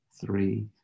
three